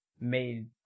made